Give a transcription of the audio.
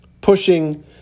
pushing